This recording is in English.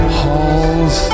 halls